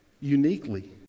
uniquely